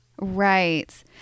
Right